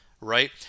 right